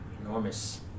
enormous